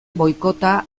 boikota